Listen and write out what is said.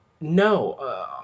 no